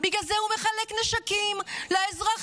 בגלל זה הוא מחלק נשקים לאזרחים.